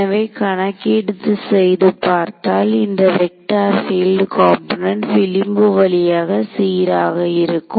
எனவே கணக்கீடு செய்து பார்த்தால் இந்த வெக்டார் பீல்ட் காம்போனென்ட் விளிம்பு வழியாக சீராக இருக்கும்